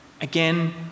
Again